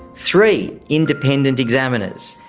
three independent examiners.